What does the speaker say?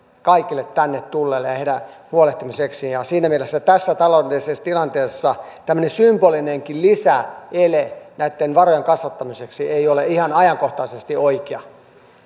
kaikille tänne tulleille ja heistä huolehtimiseen siinä mielessä tässä taloudellisessa tilanteessa tämmöinen symbolinenkin lisäele näitten varojen kasvattamiseksi ei ole ihan ajankohtaisesti oikea